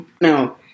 now